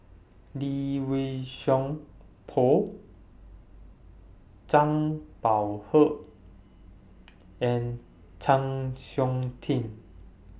Lee Wei Song Paul Zhang Bohe and Chng Seok Tin